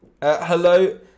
Hello